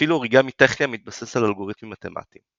ואפילו אוריגמי טכני המתבסס על אלגוריתמים מתמטים.